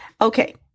Okay